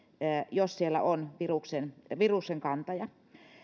jos siellä on viruksenkantaja